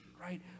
right